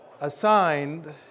assigned